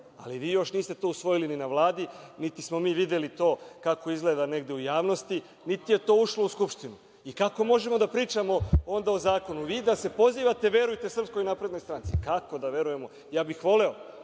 Vi još niste to usvojili ni na Vladi, niti smo mi videli to kako izgleda negde u javnosti, niti je to ušlo u Skupštinu. Kako možemo da pričamo onda o zakonu? Vi da se pozivate verujte SNS, kako da verujemo? Ja bih voleo